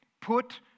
Put